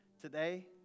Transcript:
today